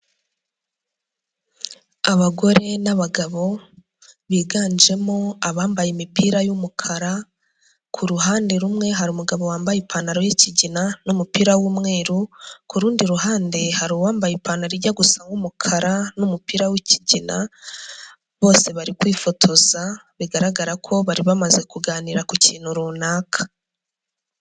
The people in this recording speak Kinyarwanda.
Abagore n'abagabo, biganjemo abambaye imipira y'umukara, ku ruhande rumwe hari umugabo wambaye ipantaro y'ikigina n'umupira w'umweru, ku rundi ruhande hari uwambaye ipantaro ijya gusa nk'umukara n'umupira w'ikigina bose bari kwifotoza, bigaragara ko bari bamaze kuganira ku kintu runaka.